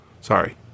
Sorry